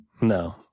No